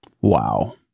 Wow